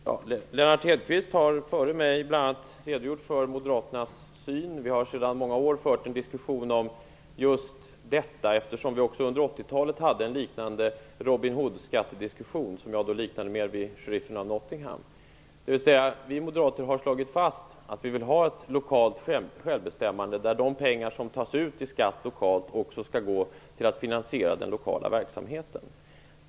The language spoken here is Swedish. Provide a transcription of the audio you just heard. Herr talman! Lennart Hedquist har tidigare i denna debatt bl.a. redogjort för Moderaternas syn. Sedan många år för vi en diskussion om just detta, eftersom vi också under 80-talet hade en liknande Robin-Hoodskattediskussion som jag mer liknade vid sheriffen av Nottingham. Vi moderater har alltså slagit fast att vi vill ha ett lokalt självbestämmande. De pengar som tas ut i skatt lokalt skall också gå till finansieringen av den lokala verksamheten.